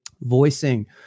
voicing